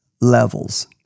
levels